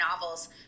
novels